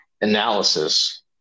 analysis